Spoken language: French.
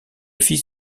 fils